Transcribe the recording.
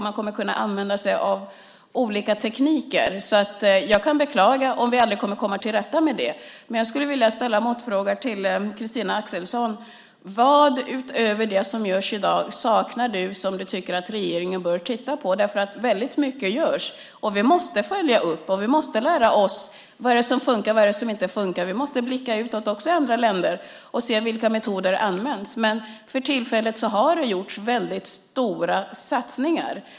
Man kommer att kunna använda sig av olika tekniker. Jag kan beklaga om vi aldrig kommer att komma till rätta med det. Men jag skulle vilja ställa motfrågan till Christina Axelsson: Vad utöver det som görs i dag saknar du och tycker att regeringen bör titta närmare på? Väldigt mycket görs. Vi måste följa upp. Vi måste lära oss vad som funkar och vad som inte funkar. Vi måste blicka utåt, också till andra länder, och se vilka metoder som används. Men för tillfället har vi gjort väldigt stora satsningar.